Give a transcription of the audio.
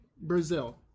Brazil